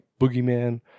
Boogeyman